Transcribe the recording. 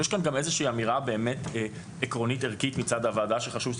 יש כאן איזושהי אמירה באמת עקרונית ערכית מצד הוועדה שחשוב שתישמר.